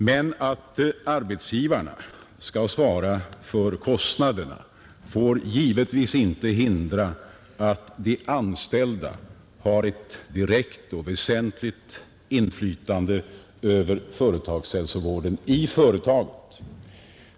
Men att arbetsgivaren skall bära kostnaderna får givetvis inte hindra att de anställda har ett direkt och väsentligt inflytande över företagshälsovården vid företaget.